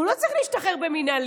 הוא לא צריך להשתחרר במינהלי.